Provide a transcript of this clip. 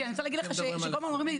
כי אני רוצה להגיד לך שכל הזמן אומרים לי